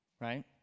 Right